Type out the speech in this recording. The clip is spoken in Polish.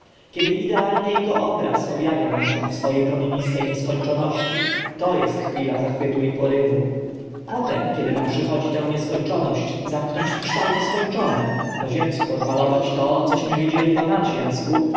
kiedy idealny ego obraz ob awia nam się w swo e promieniste nieskończoności to est chwila zachwytu i porywu późnie kiedy nam przychodzi tę nieskończoność zamknąć w kształty skończone po ziemsku odmalować to cośmy widzieli po nadziemsku